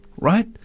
Right